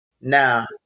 Now